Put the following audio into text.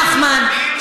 נחמן,